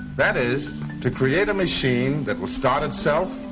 that is to create a machine that will start itself,